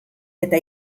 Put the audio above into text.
eta